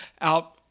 out